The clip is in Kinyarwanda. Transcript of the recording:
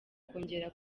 kongera